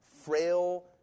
Frail